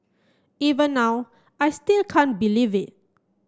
even now I still can't believe it